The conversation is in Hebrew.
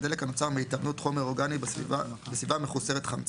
- דלק הנוצר מהתאבנות חומר אורגני בסביבה מחוסרת חמצן,